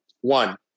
One